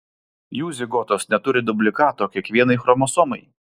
jų zigotos neturi dublikato kiekvienai chromosomai